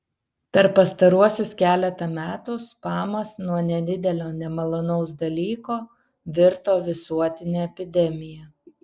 per pastaruosius keletą metų spamas nuo nedidelio nemalonaus dalyko virto visuotine epidemija